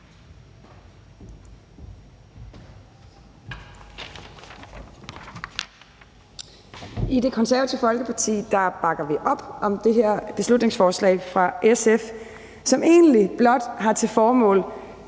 I Det Konservative Folkeparti bakker vi op om det her beslutningsforslag fra SF, som egentlig blot har til formål